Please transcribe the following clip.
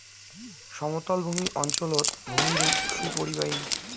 সমতলভূমি অঞ্চলত ভূমিরূপ সুপরিবাহী